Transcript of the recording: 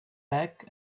back